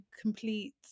complete